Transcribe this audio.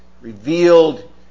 revealed